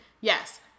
Yes